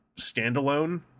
standalone